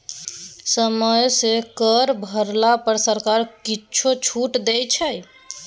समय सँ कर भरला पर सरकार किछु छूटो दै छै